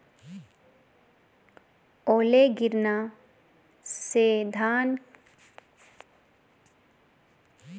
ओले गिरना से धान की फसल पर क्या प्रभाव पड़ेगा मौसम के अनुसार ओले कब गिर सकते हैं?